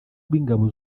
bw’ingabo